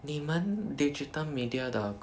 你们 digital media 的